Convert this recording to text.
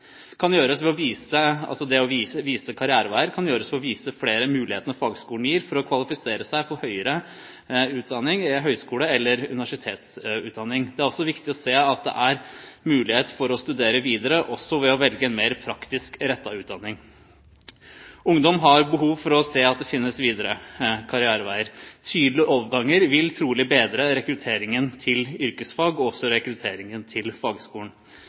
altså det å vise karriereveier – kan gjøres ved å vise de mulighetene fagskolene gir for å kvalifisere seg for høyere utdanning, som høyskole- eller universitetsutdanning. Det er altså viktig å se at det er muligheter for å studere videre også ved å velge en mer praktisk rettet utdanning. Ungdom har behov for å se at det finnes en videre karrierevei. Tydelige overganger vil trolig bedre rekrutteringen til yrkesfag og også rekrutteringen til fagskolen.